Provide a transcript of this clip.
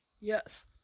Yes